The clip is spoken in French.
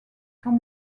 sans